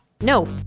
No